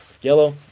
yellow